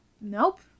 Nope